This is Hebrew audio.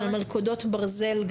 של מלכודות ברזל,